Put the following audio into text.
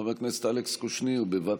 חבר הכנסת אלכס קושניר, בבקשה.